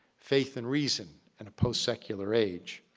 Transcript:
faith and reason in a post secular age.